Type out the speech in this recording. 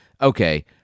okay